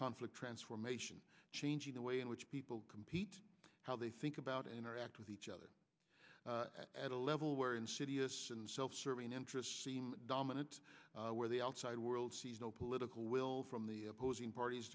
conflict transformation changing the way in which people compete how they think about interact with each other at a level where insidious and self serving interests seem dominant where the outside world sees no political will from the opposing parties